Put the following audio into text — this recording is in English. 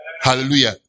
Hallelujah